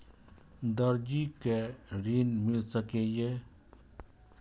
दर्जी कै ऋण मिल सके ये?